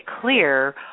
clear